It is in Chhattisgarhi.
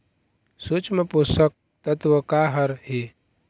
सूक्ष्म पोषक तत्व का हर हे?